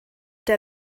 der